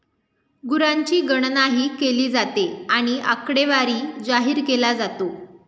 गुरांची गणनाही केली जाते आणि आकडेवारी जाहीर केला जातो